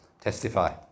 testify